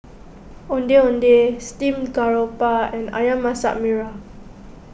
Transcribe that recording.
Ondeh Ondeh Steamed Garoupa and Ayam Masak Merah